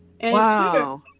wow